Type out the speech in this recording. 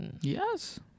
yes